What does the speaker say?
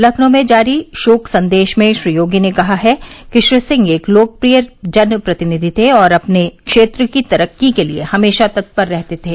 लखनऊ में जारी शोक संदेश में श्री योगी ने कहा है कि श्री सिंह एक लोकप्रिय जनप्रतिनिधि थे और अपने क्षेत्र की तरक्की के लिये हमेशा तत्पर रहते थे